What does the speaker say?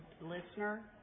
listener